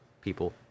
people